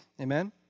Amen